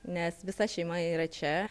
nes visa šeima yra čia